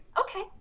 Okay